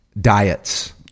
diets